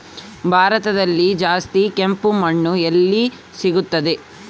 ಭಾರತದಲ್ಲಿ ಜಾಸ್ತಿ ಕೆಂಪು ಮಣ್ಣು ಎಲ್ಲಿ ಸಿಗುತ್ತದೆ?